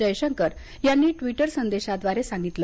जयशंकर यांनी ट्विटर संदेशाद्वारे सांगितलं